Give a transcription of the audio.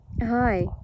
Hi